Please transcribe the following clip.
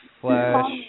Flash